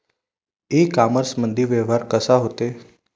इ कामर्समंदी व्यवहार कसा होते?